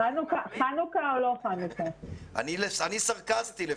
אני סרקסטי לפעמים.